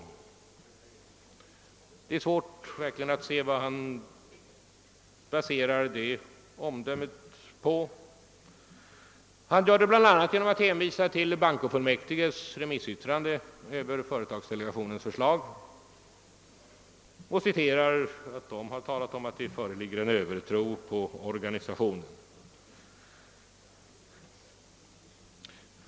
Det är svårt att se vad herr Burenstam Linder baserar detta omdö me på. Han hänvisar bl.a. till bankofullmäktiges remissyttrande över företagsdelegationens förslag, i vilket talas om att det föreligger en övertro på organisationen.